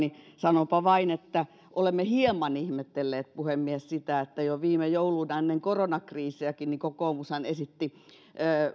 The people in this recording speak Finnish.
joten sanonpa vain että olemme hieman ihmetelleet puhemies sitä että jo viime jouluna ennen koronakriisiäkin kokoomus esitti